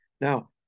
Now